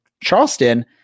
Charleston